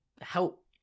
help